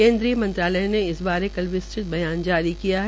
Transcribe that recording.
केन्द्रीय मंत्रालय ने इस बारे कल विस्तृत बयान जारीकिया है